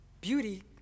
beauty